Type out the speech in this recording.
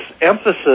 emphasis